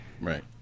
right